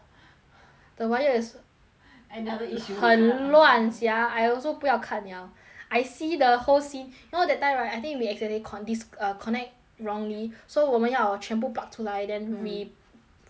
the wire is another issue 很乱 sia I also 不要看了 I see the whole scene you know that time right I think we accidentally con~ dis～ err connect wrongly so 我们要全部 pluck 出来 mm then re~ reconnect it was